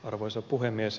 arvoisa puhemies